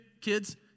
kids